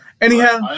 anyhow